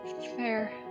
Fair